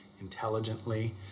intelligently